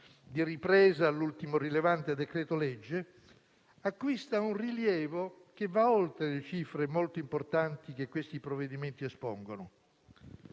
di ripresa e all'ultimo rilevante decreto-legge, acquista un rilievo che va oltre le cifre molto importanti che questi provvedimenti espongono.